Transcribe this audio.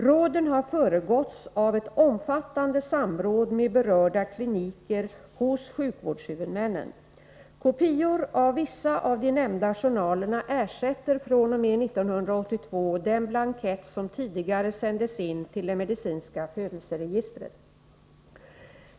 Råden har föregåtts av ett omfattande samråd med berörda kliniker hos sjukvårdshuvudmännen. Kopior av vissa av de nämnda journalerna ersätter fr.o.m. 1982 den blankett som tidigare sändes in till det medicinska födelseregistret.